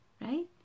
right